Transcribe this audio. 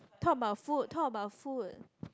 talk about food talk about food